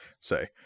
say